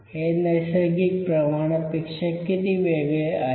हे नैसर्गिक प्रमाणापेक्षा किती वेगळे आहे